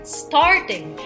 starting